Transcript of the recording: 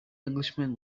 englishman